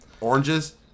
oranges